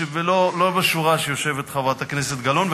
לא בשורה שיושבת חברת הכנסת גלאון,